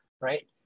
right